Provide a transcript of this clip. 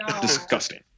disgusting